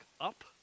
up